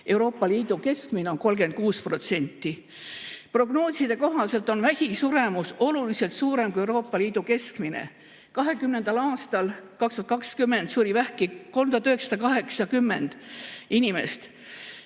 Euroopa Liidu keskmine on 36%. Prognooside kohaselt on vähki suremus oluliselt suurem kui Euroopa Liidu keskmine. 2020. aastal suri vähki 3980 inimest,